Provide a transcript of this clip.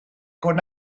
con